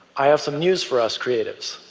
i have some news for us creatives.